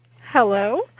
Hello